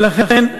ולכן,